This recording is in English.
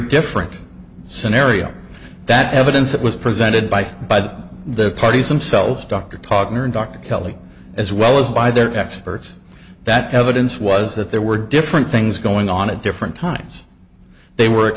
different scenario that evidence that was presented by by the parties themselves dr toddler and dr kelly as well as by their experts that evidence was that there were different things going on at different times they were